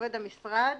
עובד המשרד